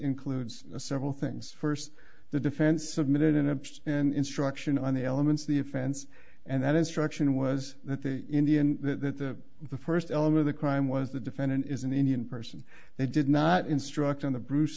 includes several things first the defense submitted an upset and instruction on the elements of the offense and that instruction was that the indian that the the first elem of the crime was the defendant is an indian person they did not instruct on the bruce